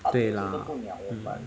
对啦 hmm